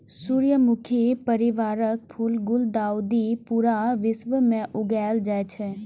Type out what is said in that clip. सूर्यमुखी परिवारक फूल गुलदाउदी पूरा विश्व मे उगायल जाए छै